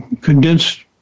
condensed